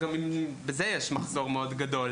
שגם בזה יש מחסור מאוד גדול.